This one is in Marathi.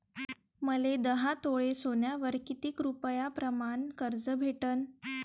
मले दहा तोळे सोन्यावर कितीक रुपया प्रमाण कर्ज भेटन?